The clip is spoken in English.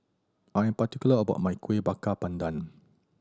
I am particular about my Kueh Bakar Pandan